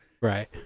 Right